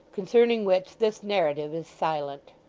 concerning which this narrative is silent.